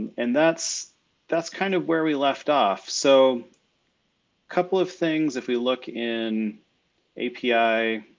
and that's that's kind of where we left off. so couple of things, if we look in api,